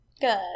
Good